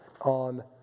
on